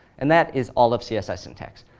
and that is all of css syntax.